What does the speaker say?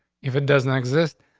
if it doesn't exist,